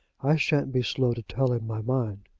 i shan't be slow to tell him my mind.